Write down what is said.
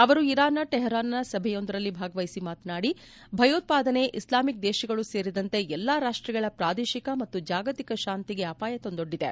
ಅವರು ಇರಾನ್ನ ಟೆಹರಾನ್ನಲ್ಲಿ ಸಭೆಯೊಂದರಲ್ಲಿ ಭಾಗವಹಿಸಿ ಮಾತನಾಡಿ ಭಯೋತ್ಪಾದನೆ ಇಸ್ಲಾಮಿಕ್ ದೇಶಗಳು ಸೇರಿದಂತೆ ಎಲ್ಲ ರಾಷ್ಟಗಳ ಪ್ರಾದೇಶಿಕ ಮತ್ತು ಜಾಗತಿಕ ಶಾಂತಿಗೆ ಅಪಾಯ ತಂದೊಡ್ಡಿದೆ